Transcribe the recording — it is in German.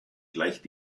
gleicht